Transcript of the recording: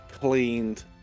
cleaned